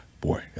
boy